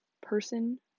person